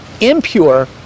impure